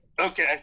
Okay